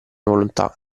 volontà